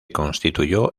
constituyó